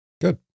Good